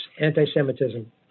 anti-Semitism